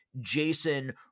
Jason